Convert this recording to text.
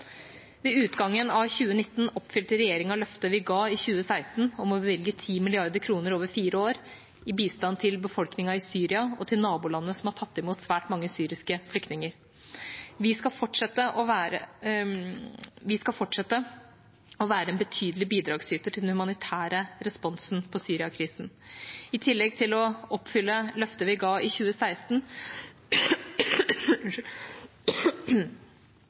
Ved utgangen av 2019 oppfylte regjeringa løftet vi ga i 2016 om å bevilge 10 mrd. kr over fire år i bistand til befolkningen i Syria og til nabolandene som har tatt imot svært mange syriske flyktninger. Vi skal fortsette å være en betydelig bidragsyter til den humanitære responsen på Syria-krisen. I tillegg til å oppfylle løftet vi ga i 2016,